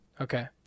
Okay